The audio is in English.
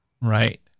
Right